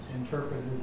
interpreted